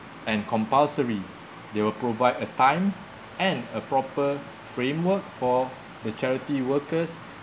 and compulsory they will provide a time and a proper framework for the charity workers